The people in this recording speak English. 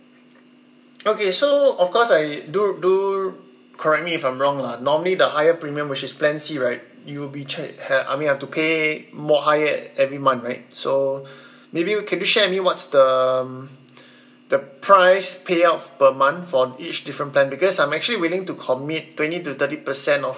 okay so of course I do do correct me if I'm wrong lah normally the higher premium which is plan C right you'll be ch~ ha~ I mean I have to pay more higher every month right so maybe can you share with me what's the the price payout per month for each different plan because I'm actually willing to commit twenty to thirty percent of